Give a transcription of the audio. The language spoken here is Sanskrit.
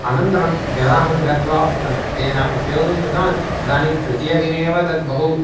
अनन्तरं यदाहं गत्वा तद् तेन उपयोगङ्कृतवान् तदानीं तृतीयदिने एव तद् बहु